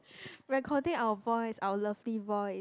recording our voice our lovely voice